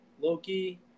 Loki